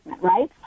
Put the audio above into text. right